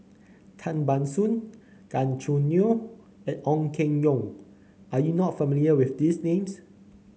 Tan Ban Soon Gan Choo Neo and Ong Keng Yong are you not familiar with these names